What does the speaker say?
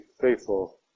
faithful